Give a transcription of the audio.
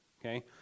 Okay